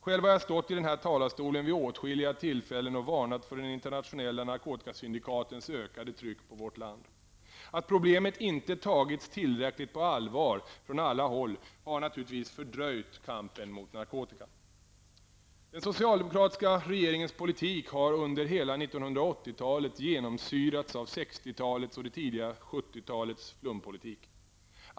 Själv har jag stått i den här talarstolen vid åtskilliga tillfällen och varnat för de internationella narkotikasyndikatens ökade tryck på vårt land. Att problemet inte tagits tillräckligt på allvar från alla håll har naturligtvis fördröjt kampen mot narkotikan. Den socialdemokratiska regeringens politik har under hela 1980-talet genomsyrats av 60-talets och det tidiga 70-talets flumpolitik.